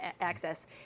access